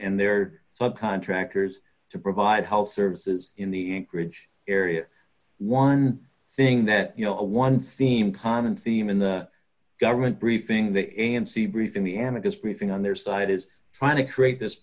and their subcontractors to provide health services in the anchorage area one thing that you know a one seem common theme in the government briefing the a n c briefing the end of this briefing on their side is trying to create this